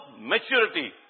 maturity